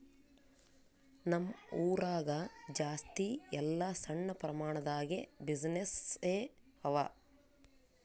ನಮ್ ಊರಾಗ ಜಾಸ್ತಿ ಎಲ್ಲಾ ಸಣ್ಣ ಪ್ರಮಾಣ ದಾಗೆ ಬಿಸಿನ್ನೆಸ್ಸೇ ಅವಾ